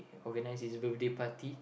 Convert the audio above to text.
organise his birthday party